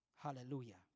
Hallelujah